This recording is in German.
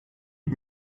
die